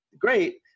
Great